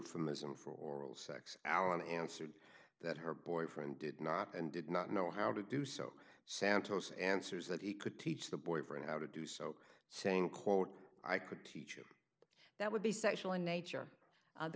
euphemism for oral sex alan answered that her boyfriend did not and did not know how to do so santos answers that he could teach the boyfriend how to do so saying quote i could teach that would be sexual in nature